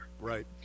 Right